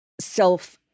self